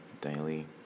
daily